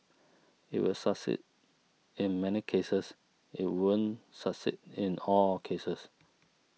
it will succeed in many cases it won't succeed in all cases